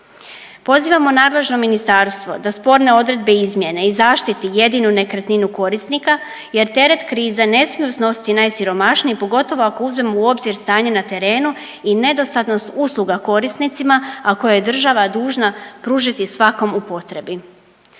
Pozivamo nadležno ministarstvo da sporne odredbe izmjene i zaštiti jedinu nekretninu korisnika jer teret krize ne smiju snositi najsiromašniji pogotovo ako uzmemo u obzir stanje na terenu i nedostatnost usluga korisnicima a koje je država dužna pružiti svakom u potrebi.